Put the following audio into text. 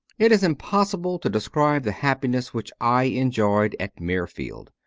it is impossible to describe the happiness which i enjoyed at mirfield.